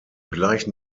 gleichen